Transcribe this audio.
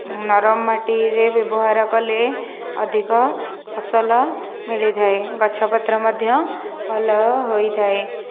ନରମ ମାଟିରେ ବ୍ୟବହାର କଲେ ଅଧିକ ଫସଲ ମିଳିଥାଏ ଗଛ ପତ୍ର ମଧ୍ୟ ଭଲ ହୋଇଥାଏ